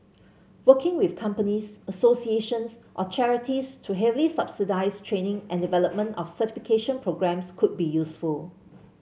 working with companies associations or charities to heavily subsidise training and development of certification programmes could be useful